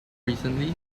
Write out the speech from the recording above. recently